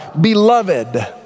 beloved